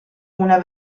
una